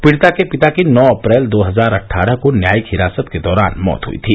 पीडिता के पिता की नौ अप्रैल दो हजार अट्ठारह को न्यायिक हिरासत के दौरान मौत हुई थी